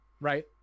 right